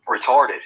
retarded